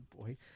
boy